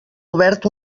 obert